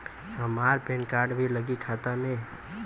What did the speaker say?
हमार PAN card भी लगी खाता में?